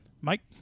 Mike